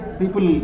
people